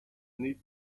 need